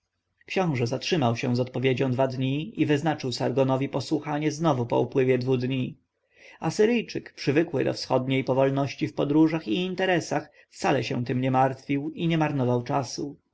książę zatrzymał się z odpowiedzią dwa dni i wyznaczył sargonowi posłuchanie znowu po upływie dwu dni asyryjczyk przywykły do wschodniej powolności w podróżach i interesach wcale się tem nie martwił i nie marnował czasu